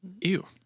Ew